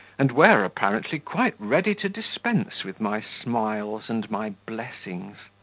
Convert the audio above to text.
and were, apparently, quite ready to dispense with my smiles and my blessings.